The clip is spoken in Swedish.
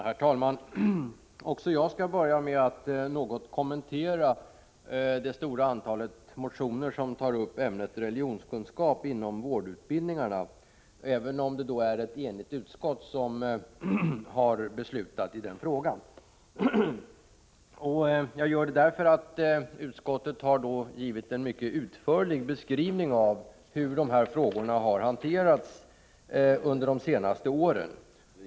Herr talman! Också jag skall börja med att något kommentera det stora antalet motioner som tar upp ämnet religionskunskap inom vårdutbildningarna, även om utskottet är enigt i den frågan. Utskottet har givit en mycket utförlig beskrivning av hur dessa frågor har hanterats under de senaste åren.